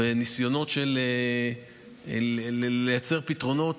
וניסיונות לייצר פתרונות.